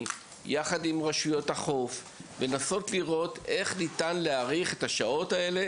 ועם רשויות החוף כדי לראות איך ניתן להאריך את השעות האלה.